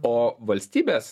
o valstybės